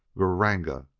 gr-r-ranga!